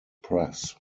press